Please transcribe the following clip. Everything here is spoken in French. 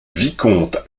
vicomte